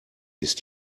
ist